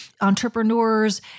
entrepreneurs